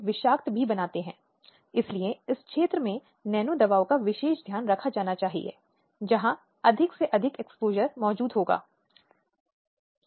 अब महिलाओं के लिए यह आयोग एक सिफारिश का परिणाम था जो 1970 के दशक में महिलाओं की स्थिति पर समिति में लगभग दो दशक पहले पारित किया गया था